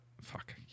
Fuck